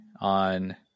on